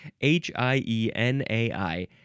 h-i-e-n-a-i